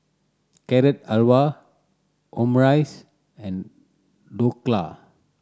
Carrot Halwa Omurice and Dhokla